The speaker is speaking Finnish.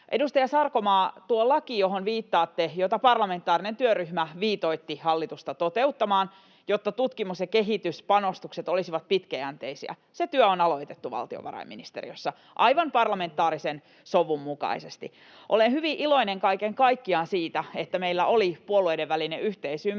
Edustaja Sarkomaa, tuon lain osalta, johon viittaatte — jota parlamentaarinen työryhmä viitoitti hallitusta toteuttamaan, jotta tutkimus- ja kehityspanostukset olisivat pitkäjänteisiä — työ on aloitettu valtiovarainministeriössä, aivan parlamentaarisen sovun mukaisesti. Olen hyvin iloinen kaiken kaikkiaan siitä, että meillä oli puolueiden välinen yhteisymmärrys